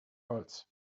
holz